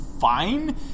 fine